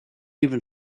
even